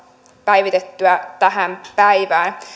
päivitettyä tähän päivään